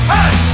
Hey